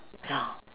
ya